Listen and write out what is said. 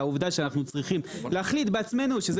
והעובדה שאנחנו צריכים להחליט בעצמנו שזה